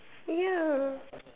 ya